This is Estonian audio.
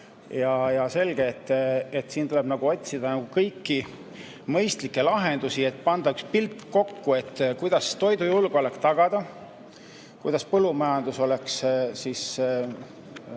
Selge, et siin tuleb otsida kõiki mõistlikke lahendusi, et pandaks pilt kokku, kuidas toidujulgeolek tagada ja kuidas põllumajandus oleks